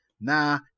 Nah